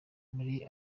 muri